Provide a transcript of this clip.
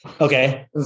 Okay